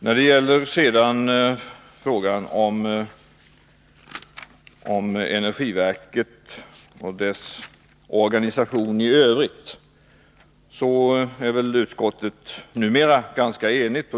När det gäller frågan om energiverkets organisation i övrigt är väl utskottet numera ganska enigt.